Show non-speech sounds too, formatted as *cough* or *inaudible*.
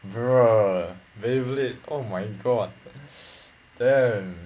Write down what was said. bruh beyblade oh my god *breath* damn